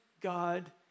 God